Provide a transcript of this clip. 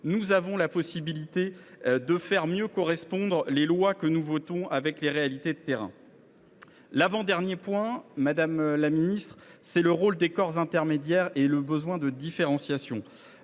nous avons la possibilité de faire mieux correspondre les lois que nous votons aux réalités de terrain. L’avant dernier point, madame la secrétaire d’État, concerne le rôle des corps intermédiaires et le besoin de différenciation.